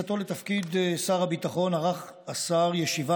במירון טרם קיבלו פיצויים, חרף התחייבות